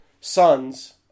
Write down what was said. sons